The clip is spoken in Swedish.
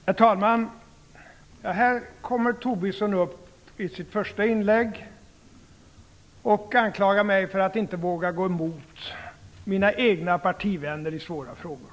Herr talman! Här kommer Tobisson upp i sitt första inlägg och anklagar mig för att inte våga gå emot mina egna partivänner i svåra frågor.